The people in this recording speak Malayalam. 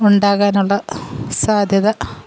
ഉണ്ടാകാനുള്ള സാധ്യത